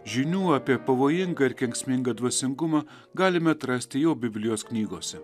žinių apie pavojingą ir kenksmingą dvasingumą galime atrasti jau biblijos knygose